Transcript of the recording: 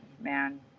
man